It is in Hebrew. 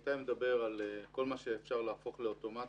איתי מדבר על כל מה שאפשר להפוך לאוטומטי,